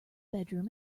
bedroom